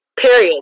Period